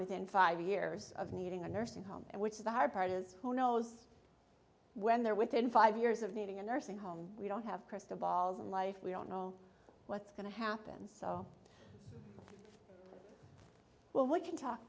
within five years of needing a nursing home which is the hard part is who knows when they're within five years of needing a nursing home we don't have crystal balls in life we don't know what's going to happen so well we can talk